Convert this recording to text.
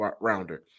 rounder